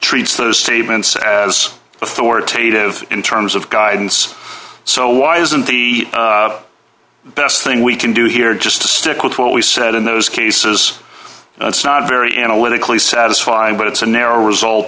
treats those statements as authoritative in terms of guidance so why isn't the best thing we can do here just to stick with what we said in those cases it's not very analytically satisfying but it's a narrow result